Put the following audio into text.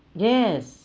yes